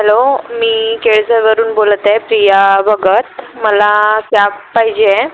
hello मी केळझर वरून बोलत आहे प्रिया बगत मला कॅब पाहिजे आहे